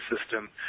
system